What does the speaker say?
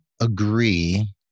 agree